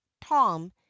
tom